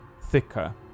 thicker